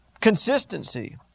Consistency